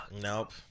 Nope